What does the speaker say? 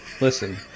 Listen